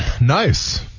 Nice